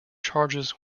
charges